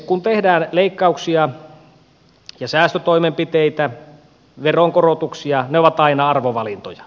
kun tehdään leikkauksia ja säästötoimenpiteitä veronkorotuksia ne ovat aina arvovalintoja